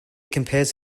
compares